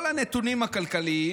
כל הנתונים הכלכליים